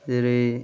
जेरै